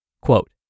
Quote